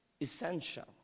essential